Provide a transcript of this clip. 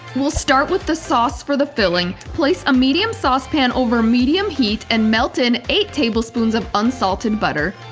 we'll start with the sauce for the filling. place a medium saucepan over medium heat and melt an eight tablespoons of unsalted butter.